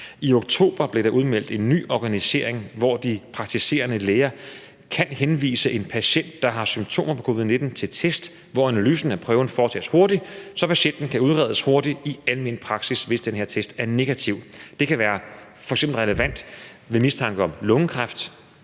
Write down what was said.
I oktober blev der udmeldt en ny organisering, hvor de praktiserende læger kan henvise en patient, der har symptomer på covid-19, til test, hvor analysen af prøven foretages hurtigt, så patienten kan udredes hurtigt i almen praksis, hvis den her test er negativ. Det kan f.eks. være relevant ved mistanke om lungekræft,